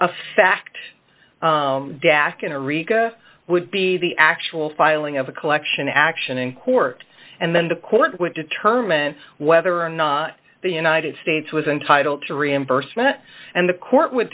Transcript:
reka would be the actual filing of the collection action in court and then the court would determine whether or not the united states was entitled to reimbursement and the court would